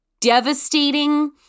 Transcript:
devastating